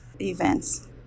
events